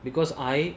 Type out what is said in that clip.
because I